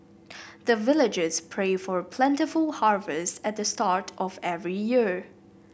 the villagers pray for plentiful harvest at the start of every year